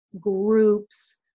groups